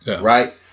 right